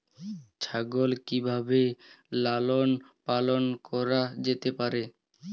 ছাগল কি ভাবে লালন পালন করা যেতে পারে?